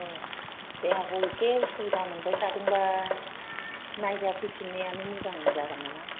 अ' देहाखौ एसे असुबिदा मोनबाय थादोंबा नायजाफैफिननायानो मोजां जागोन नामा